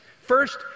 First